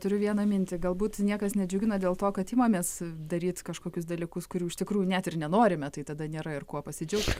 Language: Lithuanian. turiu vieną mintį galbūt niekas nedžiugina dėl to kad imamės daryt kažkokius dalykus kurių iš tikrųjų net ir nenorime tai tada nėra ir kuo pasidžiaugt